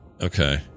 Okay